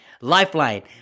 lifeline